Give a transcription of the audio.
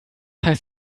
heißt